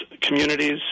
communities